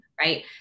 right